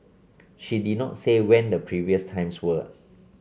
she did not say when the previous times were